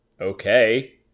okay